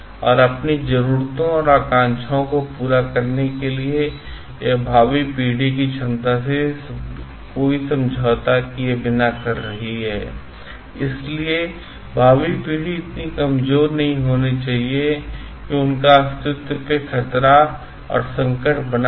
और अपनी जरूरतों और आकांक्षाओं को पूरा करने के लिए यह भावी पीढ़ी की क्षमता से कोई समझौता किए बिना कर रही है इसलिए भावी पीढ़ी इतनी कमजोर नहीं होनी चाहिए कि उनका अस्तित्व पर खतरा अथवा संकट बना रहे